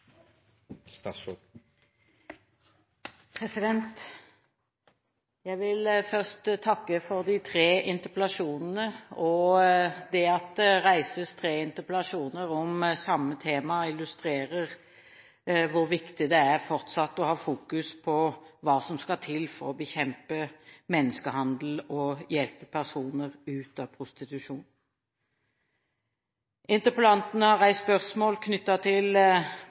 døtre. Jeg vil først takke for de tre interpellasjonene. Det at det reises tre interpellasjoner om samme tema, illustrerer hvor viktig det er fortsatt å ha fokus på hva som skal til for å bekjempe menneskehandel og hjelpe personer ut av prostitusjon. Interpellantene har reist spørsmål knyttet både til